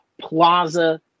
plaza